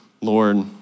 Lord